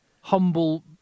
humble